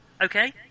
Okay